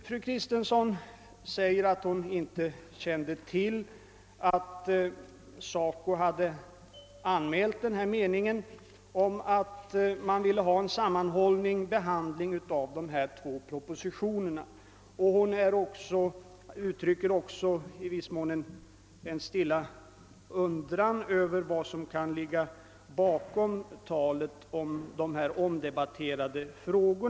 Fru Kristensson säger vidare att hon inte kände till att SACO hade anmält att man ville ha en sammanhållen behandling av dessa två propositioner. Hon uttrycker också i viss mån en stilla undran över vad som kan ligga bakom uttrycket »vissa omdebatterade frågor».